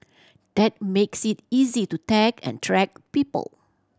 that makes it easy to tag and track people